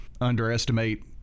underestimate